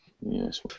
Yes